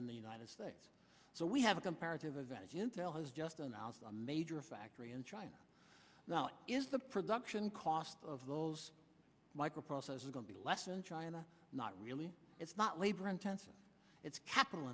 in the united states so we have a comparative advantage intel has just announced a major factory in china now is the production cost of those microprocessor going to be less and china not really it's not labor intensive it's capital